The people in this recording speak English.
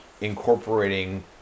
incorporating